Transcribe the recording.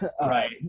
right